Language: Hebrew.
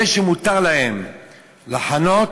זה שמותר להם לחנות,